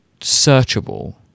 searchable